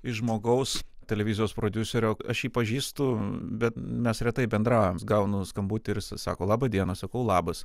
iš žmogaus televizijos prodiuserio aš jį pažįstu bet mes retai bendraujam gaunu skambutį ir jisai sako laba diena sakau labas